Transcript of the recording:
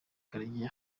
karega